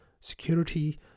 security